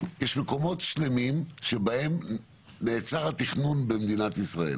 יש מקומות שלמים שבהם נעצר התכנון במדינת ישראל